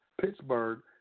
Pittsburgh